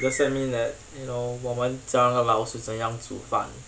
does that mean that you know 我们教那个老鼠怎样煮饭